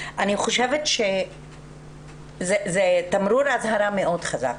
אני חושבת שזה תמרור אזהרה מאוד חזק,